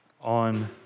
on